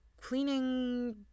cleaning